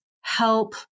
help